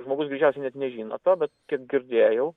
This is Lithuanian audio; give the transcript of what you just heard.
žmogus greičiausiai net nežino to bet kiek girdėjau